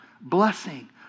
blessing